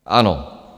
Ano.